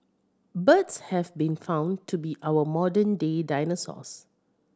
birds have been found to be our modern day dinosaurs